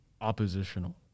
oppositional